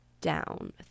down